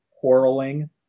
quarreling